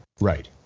Right